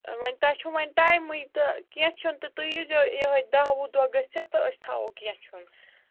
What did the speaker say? وۅنۍ تۄہہِ چھُو وۅنۍ ٹایمٕے تہٕ کیٚنٛہہ چھُنہٕ تہٕ تُہۍ ییٖزیٚو یِہےَ دَہ وُہ دۄہ گٔژھِتھ تہٕ أسۍ تھاوو کیٚنٛہہ چھُنہٕ